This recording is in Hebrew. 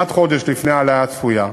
כמעט חודש לפני ההעלאה הצפויה,